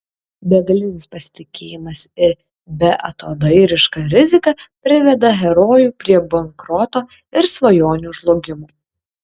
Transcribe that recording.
begalinis pasitikėjimas ir beatodairiška rizika priveda herojų prie bankroto ir svajonių žlugimo